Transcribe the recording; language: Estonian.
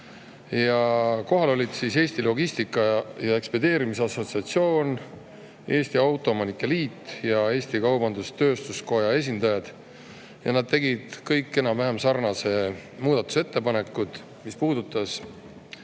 Kohal olid Eesti Logistika ja Ekspedeerimise Assotsiatsiooni, Eesti Autoomanike Liidu ja Eesti Kaubandus-Tööstuskoja esindajad. Nad tegid kõik enam-vähem sarnase muudatusettepaneku, mis puudutas